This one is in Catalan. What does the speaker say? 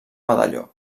medalló